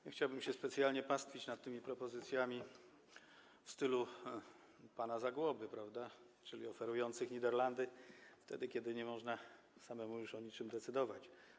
Nie chciałbym się specjalnie pastwić nad tymi propozycjami w stylu pana Zagłoby, czyli oferującymi Niderlandy wtedy, kiedy nie można już samemu o niczym decydować.